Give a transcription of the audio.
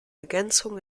ergänzung